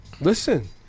Listen